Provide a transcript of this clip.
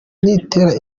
niteza